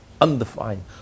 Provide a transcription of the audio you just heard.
undefined